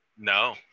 No